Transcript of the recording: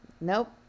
Nope